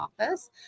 office